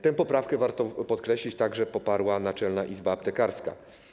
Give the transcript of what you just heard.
Tę poprawkę, warto podkreślić, także poparła Naczelna Izba Aptekarska.